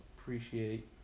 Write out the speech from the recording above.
appreciate